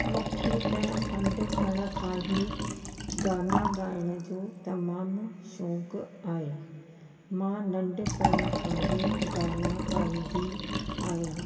मूंखे त नंढपण खां ई गाना गाइण जो तमामु शौक़ु आहे मां नंढपण खां ई गाना गाईंदी आहियां